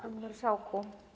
Panie Marszałku!